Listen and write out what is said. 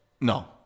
No